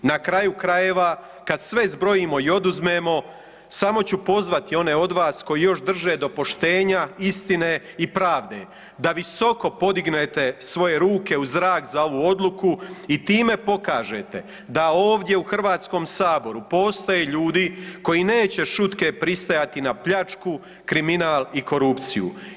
Na kraju krajeva kad sve zbrojimo i oduzmemo samo ću pozvati one od vas koji još drže do poštenja, istine i pravde da visoko podignete svoje ruke u zrak za ovu odluku i time pokažete da ovdje u Hrvatskom saboru postoje ljudi koji neće šutke pristajati na pljačku, kriminal i korupciju.